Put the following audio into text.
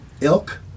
ilk